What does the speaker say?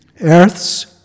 earth's